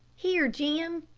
here, jim.